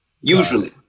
Usually